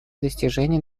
достижения